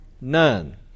none